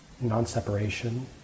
non-separation